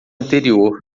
anterior